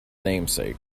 namesake